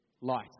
light